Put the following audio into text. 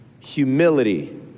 humility